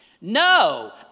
No